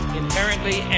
inherently